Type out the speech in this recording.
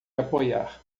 apoiar